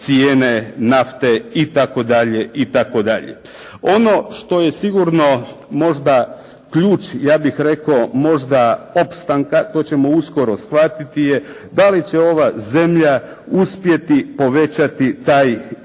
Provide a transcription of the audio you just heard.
cijene nafte itd., itd. Ono što je sigurno možda ključ, ja bih rekao možda opstanka to ćemo uskoro shvatiti je da li će ova zemlja uspjeti povećati taj izvoz?